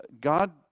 God